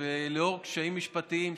ולאור קשיים משפטיים,